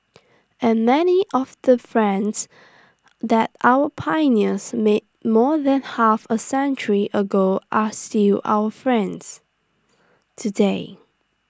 and many of the friends that our pioneers made more than half A century ago are still our friends today